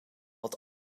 het